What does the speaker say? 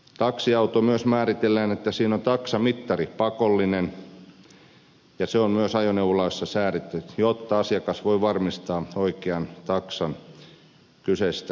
taksiauto myös määritellään että siinä on taksamittari pakollinen ja se on myös ajoneuvolaissa säädetty jotta asiakas voi varmistaa oikean taksan kyseisestä kyydistä